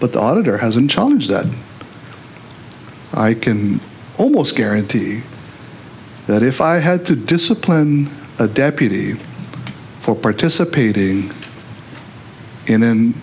but the auditor has and challenge that i can almost guarantee that if i had to discipline a deputy for participating in